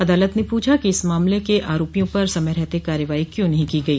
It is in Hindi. अदालत ने पूछा कि इस मामले के आरोपियों पर समय रहत कार्रवाई क्यों नहीं की गई